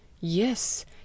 Yes